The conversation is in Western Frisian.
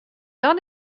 dan